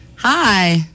Hi